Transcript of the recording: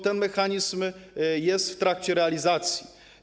Ten mechanizm jest w trakcie realizacji.